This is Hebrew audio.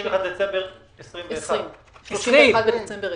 בדצמבר 2020,